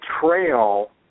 trail